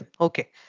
Okay